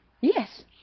Yes